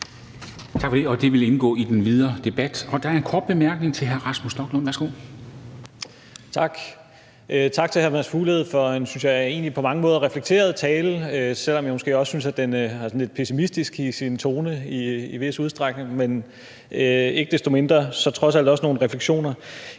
Tak for det, og det vil indgå i den videre debat. Der er en kort bemærkning fra hr. Rasmus Stoklund. Værsgo. Kl. 11:27 Rasmus Stoklund (S): Tak. Tak til hr. Mads Fuglede for en, synes jeg, egentlig på mange måder reflekteret tale, selv om jeg måske også synes, at den var sådan lidt pessimistisk i sin tone i en vis udstrækning, men ikke desto mindre trods alt også med nogle refleksioner.